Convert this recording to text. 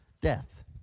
Death